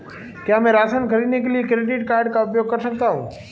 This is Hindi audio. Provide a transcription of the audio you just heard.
क्या मैं राशन खरीदने के लिए क्रेडिट कार्ड का उपयोग कर सकता हूँ?